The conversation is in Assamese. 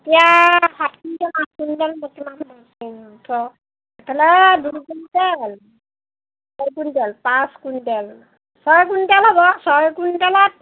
এতিয়া সাত কুইণ্টেল আঠ কুইণ্টেল ধৰক ইফালে দুই কুইণ্টেল ছয় কুইণ্টেল পাঁচ কুইণ্টেল ছয় কুইণ্টেল হ'ব ছয় কুইণ্টেলত